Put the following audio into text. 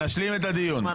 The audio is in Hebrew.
נשלים את הדיון.